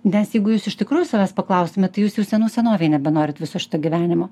nes jeigu jūs iš tikrųjų savęs paklaustumėt tai jūs jau senų senovėj nebenorit viso šito gyvenimo